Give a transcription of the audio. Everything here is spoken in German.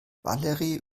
valerie